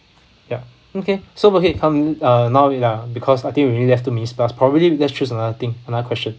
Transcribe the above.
yup okay so okay come uh no need lah because I think we only left two minutes plus probably let's choose another thing another question